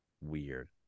weird